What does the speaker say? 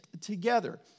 together